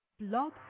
blog